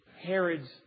Herod's